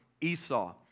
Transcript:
Esau